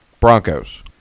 Broncos